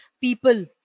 people